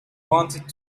wanted